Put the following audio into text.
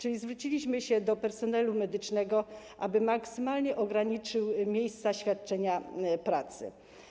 Zwróciliśmy się do personelu medycznego, aby maksymalnie ograniczył miejsca świadczenia pracy.